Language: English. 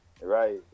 right